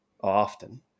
often